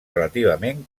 relativament